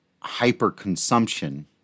hyper-consumption